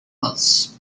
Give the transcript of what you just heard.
cults